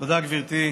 תודה, גברתי.